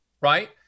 right